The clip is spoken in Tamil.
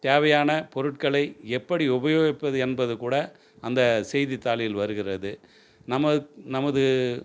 தேவையான பொருட்களை எப்படி உபயோகிப்பது என்பதுக்கூட அந்த செய்தித்தாளில் வருகிறது நமது நமது